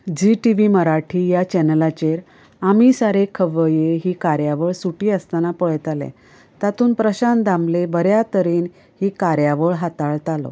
Zee TV Marathi या चॅनलाचेर आमी सारे खवय्ये ही कार्यावळ सुटी आसताना पळयतालें तातून प्रशांत दामले बऱ्या तरेन ही कार्यावळ हाताळतालो